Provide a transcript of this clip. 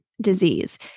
disease